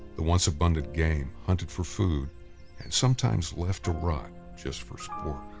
the once abundant game hunted for food and sometimes left to rot just for sport.